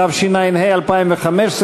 התשע"ה 2015,